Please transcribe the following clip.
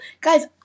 guys